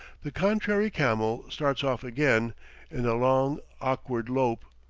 the contrary camel starts off again in a long, awkward lope,